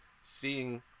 seeing